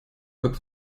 как